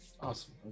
Awesome